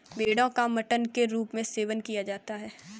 भेड़ो का मटन के रूप में सेवन किया जाता है